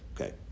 Okay